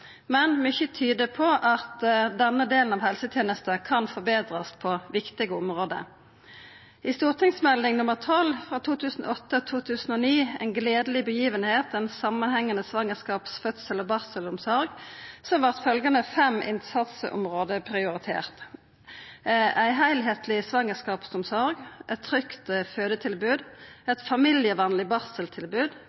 Men mykje tyder på at denne delen av helsetenesta kan forbetrast på viktige område. I St.meld. nr. 12 for 2008–2009, En gledelig begivenhet – Om en sammenhengende svangerskaps-, fødsels- og barselomsorg, vart følgjande fem innsatsområde prioriterte: ei heilskapleg svangerskapsomsorg, eit trygt